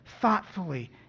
thoughtfully